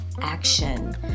action